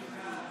(קורא בשמות חברי הכנסת)